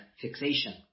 fixation